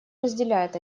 разделяет